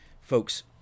folks